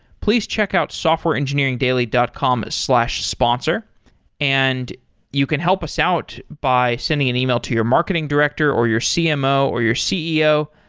please check out softwareengineeringdaily dot com slash sponsor and you can help us out by sending an email to your marketing director, or your cmo, or your ceo.